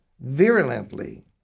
virulently